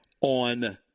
on